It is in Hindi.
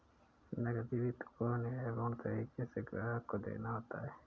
नकदी वित्त को न्यायपूर्ण तरीके से ग्राहक को देना होता है